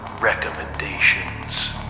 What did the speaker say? recommendations